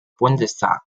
bundestag